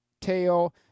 tail